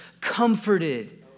comforted